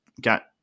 got